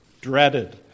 dreaded